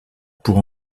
pour